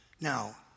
Now